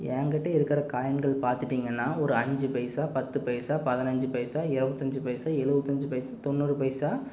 என் கிட்ட இருக்கிற காயின்கள் பார்த்துட்டீங்கன்னா ஒரு அஞ்சு பைசா பத்து பைசா பதினைஞ்சு பைசா இருபத்தஞ்சு பைசா இருபத்தஞ்சு பைசா தொண்ணூறு பைசா